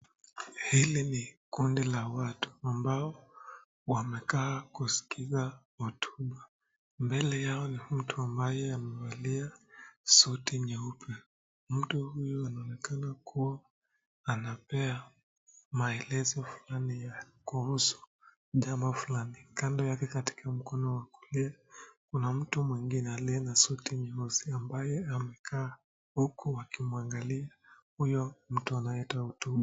Hili ni kundi la watu ambao wamekaa kusikiza hotuba. Mbele yao ni mtu ambaye amevalia suti nyeupe. Mtu huyu anaonekana kuwa anapea maelezo fulani ya kuhusu jambo fulani. Kando yake katika mkono wa kulia kuna mtu mwingine aliye na suti nyeusi ambaye amekaa huku akimwangalia huyo mtu anayetoa hotuba.